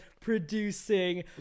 producing